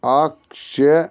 اَکھ شےٚ